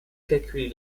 calculer